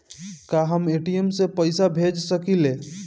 का हम ए.टी.एम से पइसा भेज सकी ले?